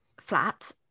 flat